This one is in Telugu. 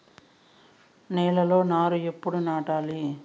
నేలలో నారు ఎప్పుడు నాటాలి?